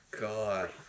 God